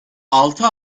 altı